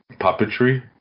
puppetry